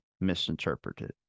misinterpreted